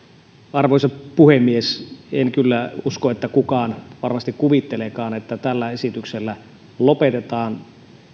arvoisa puhemies en kyllä usko että kukaan varmasti kuvitteleekaan että tällä esityksellä lopetetaan